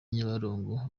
nyabarongo